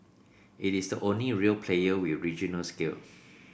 it is the only real player with regional scale